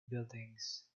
buildings